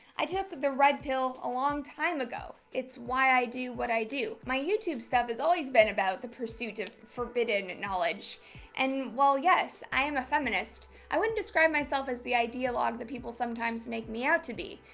i took the red pill a long time ago it's why i do what i do. my youtube stuff has always been about the pursuit of forbidden knowledge and while yes, i am a feminist, i wouldn't describe myself as the ideologue the people sometimes make me out to be.